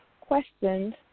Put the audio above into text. questions